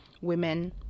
Women